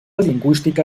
lingüística